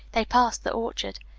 they passed the orchard.